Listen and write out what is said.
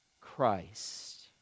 Christ